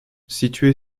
situé